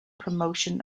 promotion